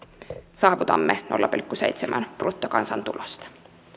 saavutamme nolla pilkku seitsemän prosenttia bruttokansantulosta